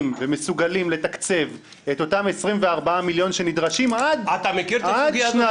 ומסוגלים לתקצב את אותם 24 מיליון שנדרשים עד שנת התקציב?